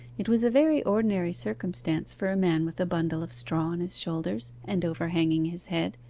it was a very ordinary circumstance for a man with a bundle of straw on his shoulders and overhanging his head,